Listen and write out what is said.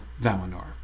Valinor